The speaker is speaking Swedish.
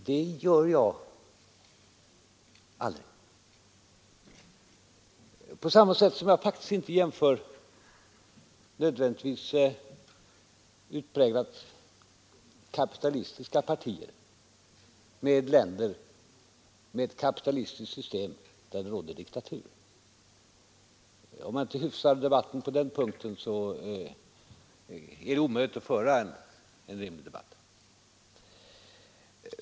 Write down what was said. Det gör jag aldrig — på samma sätt som jag inte heller jämför utpräglat kapitalistiska partier med länder som har ett kapitalistiskt system men där det råder diktatur. Om man inte hyfsar diskussionen på den punkten är det omöjligt att göra en rimlig debatt.